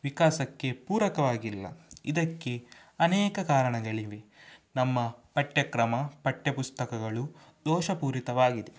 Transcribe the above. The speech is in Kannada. ವಿಕಾಸಕ್ಕೆ ಪೂರಕವಾಗಿಲ್ಲ ಇದಕ್ಕೆ ಅನೇಕ ಕಾರಣಗಳಿವೆ ನಮ್ಮ ಪಠ್ಯಕ್ರಮ ಪಠ್ಯಪುಸ್ತಕಗಳು ದೋಷಪೂರಿತವಾಗಿದೆ